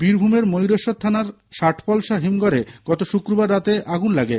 বীরভূমের ময়ুরেশ্বর থানার ষাটপলসা হিমঘরে গত শুক্রবার রাতে আগুন লাগে